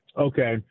Okay